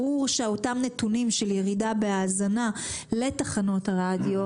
ברור שאותם נתונים של ירידה בהאזנה לתחנות הרדיו,